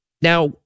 now